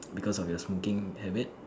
because of your smoking habit